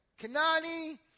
Kanani